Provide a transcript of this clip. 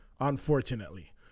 unfortunately